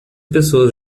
pessoas